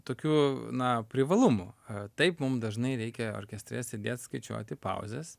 tokių na privalumų taip mum dažnai reikia orkestre sėdėt skaičiuoti pauzes